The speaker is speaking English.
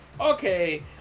Okay